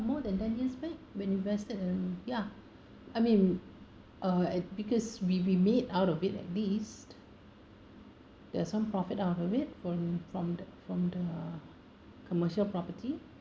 more than ten years back when we invested in ya I mean uh at because we we made out of it at least there's some profit out of it from from the from the commercial property